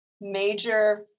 major